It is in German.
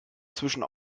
zwischen